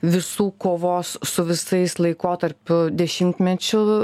visų kovos su visais laikotarpiu dešimtmečiu